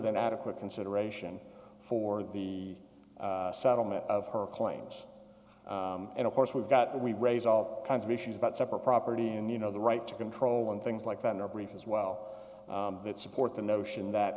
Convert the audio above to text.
than adequate consideration for the settlement of her claims and of course we've got we raise all kinds of issues about separate property and you know the right to control and things like that in our brief as well that support the notion that